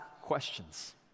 questions